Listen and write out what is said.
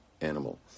animal